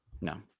No